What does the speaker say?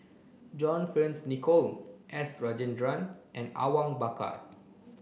John Fearns Nicoll S Rajendran and Awang Bakar